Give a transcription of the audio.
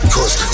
Cause